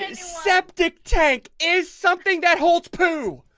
and septic tank is something that holds poo